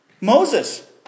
Moses